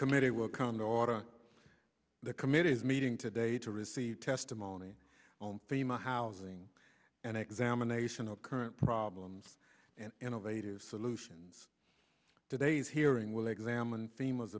committee will come to order the committee is meeting today to receive testimony on thema housing and examination of current problems and innovative solutions today's hearing will examine them